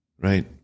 right